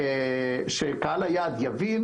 שקהל היעד יבין